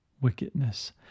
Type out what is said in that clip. wickedness